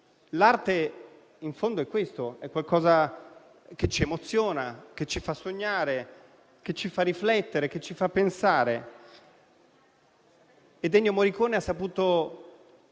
L'arte, in fondo, è questo: è qualcosa che ci emoziona, ci fa sognare, ci fa riflettere e ci fa pensare. Ennio Morricone ha saputo